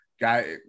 guy